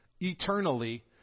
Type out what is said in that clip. eternally